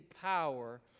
power